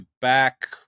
back